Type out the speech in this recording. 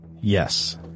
Yes